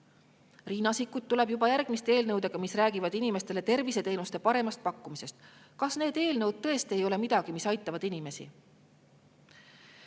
Riina Sikkut tuleb juba järgmiste eelnõudega, mis räägivad inimestele terviseteenuste paremast pakkumisest. Kas need eelnõud tõesti ei ole midagi, mis aitavad inimesi?